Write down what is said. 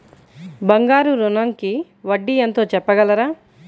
బంగారు ఋణంకి వడ్డీ ఎంతో చెప్పగలరా?